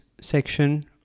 section